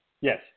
Yes